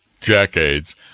decades